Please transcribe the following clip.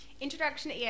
introduction